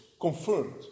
confirmed